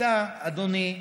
אדוני,